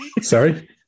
Sorry